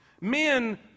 Men